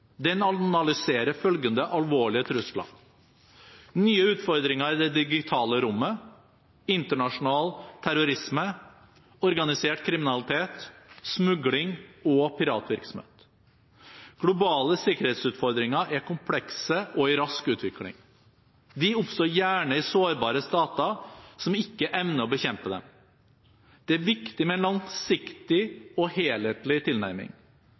Den analyserer følgende alvorlige trusler: nye utfordringer i det digitale rommet, internasjonal terrorisme, organisert kriminalitet, smugling og piratvirksomhet. Globale sikkerhetsutfordringer er komplekse og i rask utvikling. De oppstår gjerne i sårbare stater som ikke evner å bekjempe dem. Det er viktig med en langsiktig og helhetlig tilnærming.